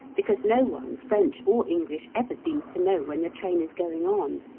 because no one, french or english, ever seems to know when the train is going on.